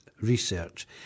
research